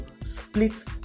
split